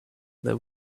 there